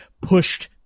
pushed